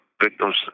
victim's